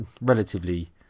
relatively